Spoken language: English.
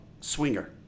swinger